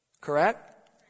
correct